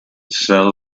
sell